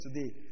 today